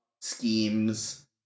schemes